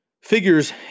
figures